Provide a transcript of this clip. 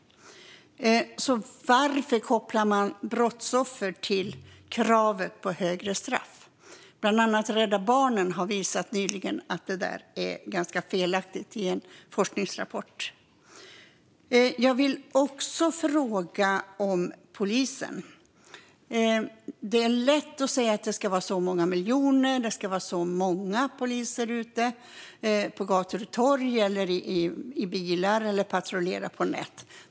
Varför kopplar man brottsoffer till krav på högre straff? Bland andra har Rädda Barnen i en forskningsrapport nyligen visat att det är ganska felaktigt. Jag vill också fråga om polisen. Det är lätt att säga att det ska vara ett bestämt antal miljoner i budgeten och ett bestämt antal poliser ute på gator och torg, i bilar eller patrullerande på nätet.